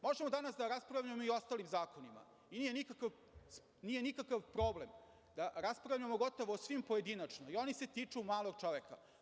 Možemo danas da raspravljamo i o ostalim zakonima i nije nikakav problem da raspravljamo gotovo o svim pojedinačno, i oni se tiču malog čoveka.